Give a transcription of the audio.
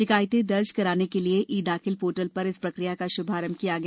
शिकायतें दर्ज कराने के लिए ई दाखिल पोर्टल पर इस प्रक्रिया का श्भारंभ किया गया